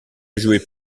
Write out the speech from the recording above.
jouait